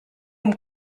amb